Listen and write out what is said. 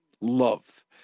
love